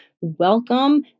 welcome